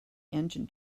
engine